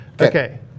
Okay